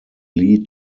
lead